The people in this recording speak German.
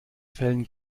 fällen